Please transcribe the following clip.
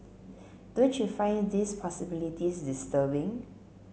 don't you find these possibilities disturbing